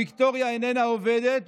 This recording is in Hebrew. ויקטוריה איננה עובדת,